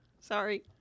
Sorry